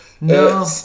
No